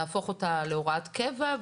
להפוך אותה להוראת קבע.